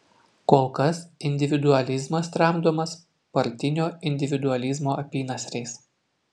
kol kas individualizmas tramdomas partinio individualizmo apynasriais